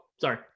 sorry